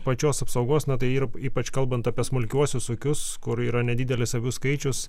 pačios apsaugos na tai yra ypač kalbant apie smulkiuosius ūkius kur yra nedidelis avių skaičius